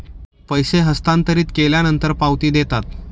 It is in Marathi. पैसे हस्तांतरित केल्यानंतर पावती देतात